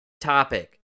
topic